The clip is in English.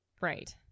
right